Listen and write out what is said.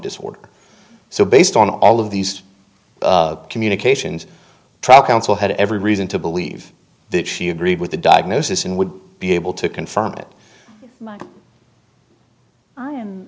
disorder so based on all of these communications trial counsel had every reason to believe that she agreed with the diagnosis and would be able to confirm it